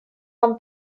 нам